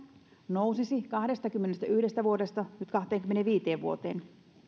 nousisi kahdestakymmenestäyhdestä vuodesta nyt kahteenkymmeneenviiteen vuoteen